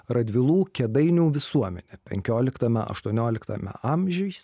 radvilų kėdainių visuomenė penkioliktame aštuonioliktame amžiais